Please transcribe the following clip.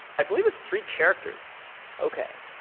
i believe it's three characters okay.